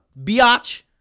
Biatch